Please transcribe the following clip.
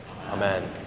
Amen